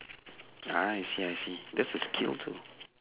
ah I see I see that's a skill too